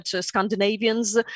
Scandinavians